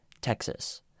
Texas